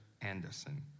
Anderson